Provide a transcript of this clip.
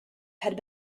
had